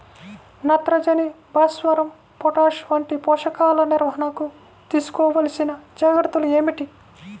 నత్రజని, భాస్వరం, పొటాష్ వంటి పోషకాల నిర్వహణకు తీసుకోవలసిన జాగ్రత్తలు ఏమిటీ?